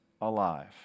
alive